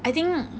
I think